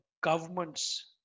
government's